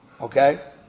Okay